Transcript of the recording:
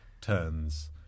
turns